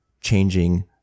changing